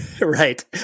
right